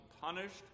punished